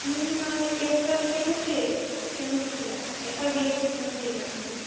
मी एफ वायला केमिस्ट्री आहे केमेस्ट्रीला F Y B Sc chemistry डिपार्टमेंटला